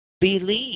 believe